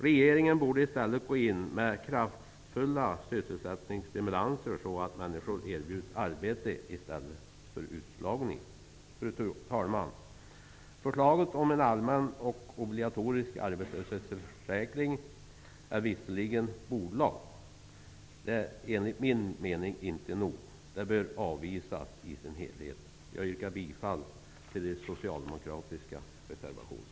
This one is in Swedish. Regeringen borde gå in med kraftfulla sysselsättningsstimulanser så att människor erbjuds arbete i stället för utslagning. Fru talman! Förslaget om en allmän och obligatorisk arbetslöshetsförsäkring är visserligen bordlagt, men det är enligt min mening inte nog. Förslaget bör avvisas i sin helhet. Jag yrkar bifall till den socialdemokratiska reservationen.